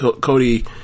Cody